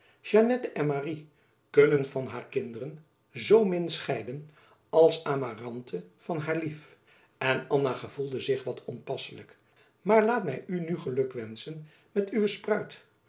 jannette en marie kunnen van haar kinderen zoo min scheiden als amarante van haar lief en anna gevoelde zich wat onpasselijk maar laat my u nu geluk wenschen met uwe spruit